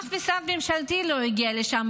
אף משרד ממשלתי לא הגיע לשם,